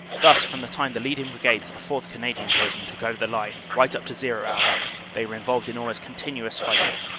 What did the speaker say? thus from the time the leading brigades of the fourth. canadian division took over the line right up to zero hour they were involved in almost continuous fighting,